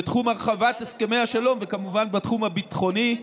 בתחום הרחבת הסכמי השלום וכמובן בתחום הביטחוני,